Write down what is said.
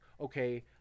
okay